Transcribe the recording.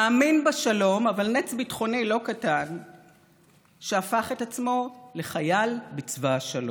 מאמין בשלום אבל נץ ביטחוני לא קטן שהפך את עצמו לחייל בצבא השלום,